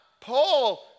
Paul